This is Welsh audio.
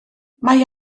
mae